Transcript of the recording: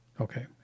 Okay